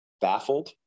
baffled